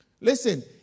Listen